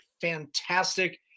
fantastic